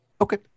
Okay